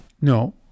No